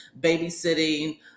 babysitting